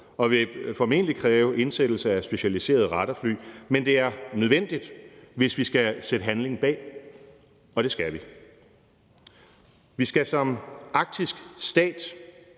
og vil formentlig kræve indsættelse af specialiserede radarfly, men det er nødvendigt, hvis vi skal sætte handling bag, og det skal vi. Vi skal som arktisk stat